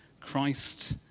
Christ